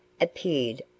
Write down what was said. appeared